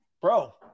Bro